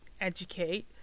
educate